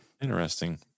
Interesting